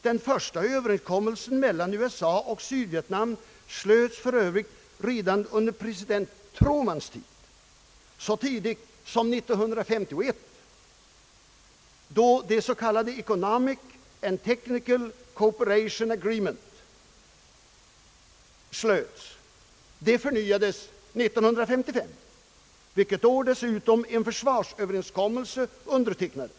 Den första överenskommelsen mellan USA och Sydvietnam slöts för övrigt redan under president Trumans tid, så långt tillbaka som år 1951, då det s.k. Economic and technical cooperation agreement slöts. Det förnyades år 1955, då även en försvarsöverenskommelse undertecknades.